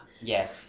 Yes